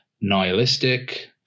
nihilistic